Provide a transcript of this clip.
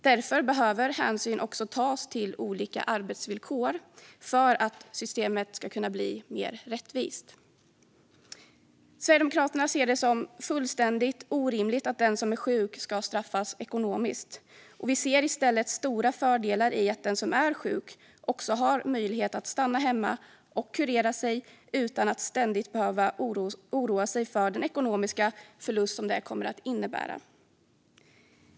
Därför behöver hänsyn tas till olika arbetsvillkor för att systemet ska bli mer rättvist. Sverigedemokraterna ser det som fullständigt orimligt att den som är sjuk ska straffas ekonomiskt. Vi ser i stället stora fördelar med att den som är sjuk också har möjlighet att stanna hemma och kurera sig utan att ständigt behöva oroa sig för den ekonomiska förlust som det kommer att innebära.